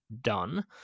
done